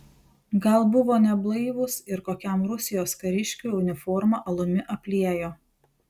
gal buvo neblaivūs ir kokiam rusijos kariškiui uniformą alumi apliejo